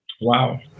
Wow